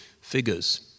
figures